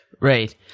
right